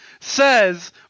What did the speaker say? says